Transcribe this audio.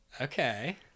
Okay